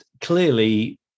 clearly